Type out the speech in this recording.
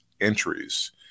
entries